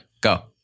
Go